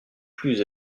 plus